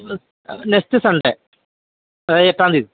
next Sunday അതായത് എട്ടാം തിയതി